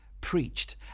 preached